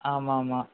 ஆமாம் ஆமாம்